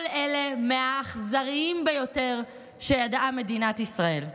כל אלה מהאכזריים ביותר שידעה מדינת ישראל.